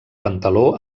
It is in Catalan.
pantaló